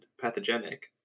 pathogenic